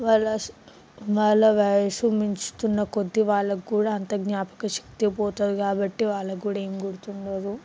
వాళ్ళ వాళ్ళ వయస్సు మించుతున్న కొద్దీ వాళ్ళకి కూడా అంత జ్ఞాపకశక్తి పోతుంది కాబట్టి వాళ్ళకి కూడా ఏం గురుతు ఉండదు